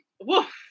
woof